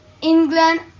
england